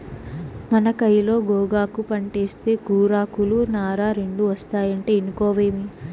మన కయిలో గోగాకు పంటేస్తే కూరాకులు, నార రెండూ ఒస్తాయంటే ఇనుకోవేమి